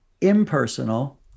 impersonal